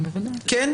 כן?